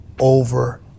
over